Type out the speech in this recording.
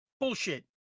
Bullshit